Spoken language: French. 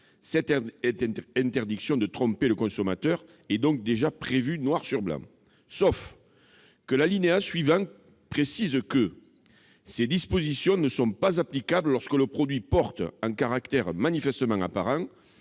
Cette interdiction de tromper le consommateur est donc déjà prévue noir sur blanc. Toutefois, l'alinéa suivant précise que « ces dispositions ne sont pas applicables lorsque le produit porte, en caractères manifestement apparents,